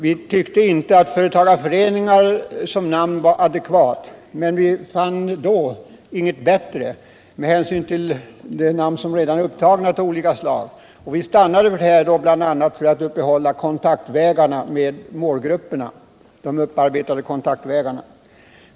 Vi tyckte inte att företagareföreningar som namn var adekvat, men vi fann då inget bättre med hänsyn till de namn av olika slag som redan var upptagna. Vi stannade för vårt förslag bl.a. för att uppehålla de upparbetade kontaktvägarna till målgrupperna.